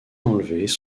enlevés